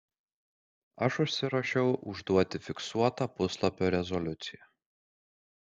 aš užsirašiau užduoti fiksuotą puslapio rezoliuciją